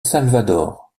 salvador